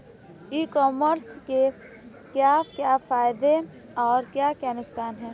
ई commerce के क्या क्या फायदे और क्या क्या नुकसान है?